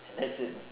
that's it